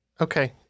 Okay